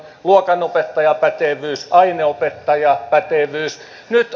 luokanopettajan pätevyyden ja aineenopettajan pätevyyden